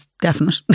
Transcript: definite